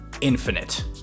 infinite